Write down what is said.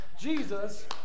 Jesus